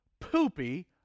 poopy